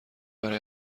برای